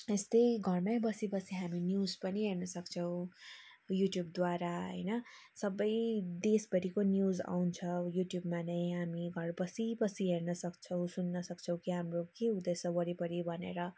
यस्तै घरमै बसी बसी हामी न्युज पनि हेर्न सक्छौँ युट्युबद्वारा होइन सबै देशभरिको न्युज आउँछ युट्युबमा नै हामी घर बसीबसी हेर्न सक्छौँ सुन्न सक्छौँ कि हाम्रो के हुँदैछ वरिपरि भनेर